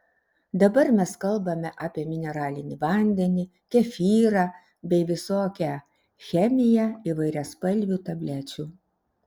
dabar mes kalbame apie mineralinį vandenį kefyrą bei visokią chemiją įvairiaspalvių tablečių